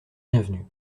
bienvenue